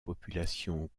populations